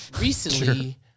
recently